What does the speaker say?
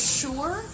sure